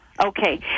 Okay